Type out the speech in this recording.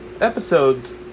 Episodes